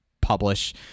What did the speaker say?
publish